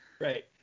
Right